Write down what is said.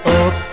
up